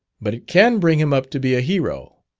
but it can bring him up to be a hero,